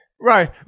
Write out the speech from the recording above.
Right